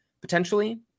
potentially